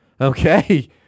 Okay